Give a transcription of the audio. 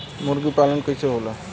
मुर्गी पालन कैसे होला?